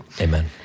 amen